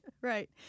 right